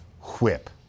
whip